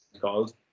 called